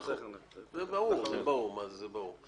זה ברור, זה ברור.